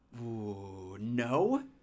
No